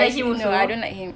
no I don't like him